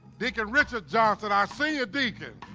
deacon richard johnson our senior deacon.